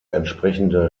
entsprechende